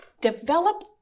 develop